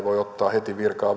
voi ottaa heti virkaa